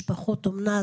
משפחות אומנה,